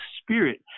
spirit